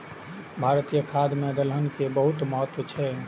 भारतीय खाद्य मे दलहन के बहुत महत्व छै